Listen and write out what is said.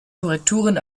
korrekturen